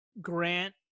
Grant